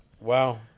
Wow